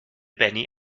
benny